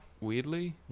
weirdly